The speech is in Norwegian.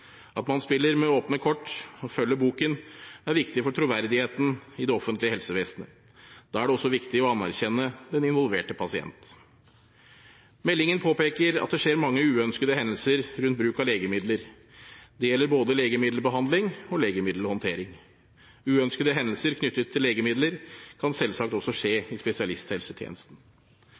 At man spiller med åpne kort og følger boken, er viktig for troverdigheten i det offentlige helsevesenet. Da er det også viktig å anerkjenne den involverte pasienten. Meldingen påpeker at det skjer mange uønskede hendelser rundt bruk av legemidler. Det gjelder både legemiddelbehandling og legemiddelhåndtering. Uønskede hendelser knyttet til legemidler kan selvsagt også skje i spesialisthelsetjenesten.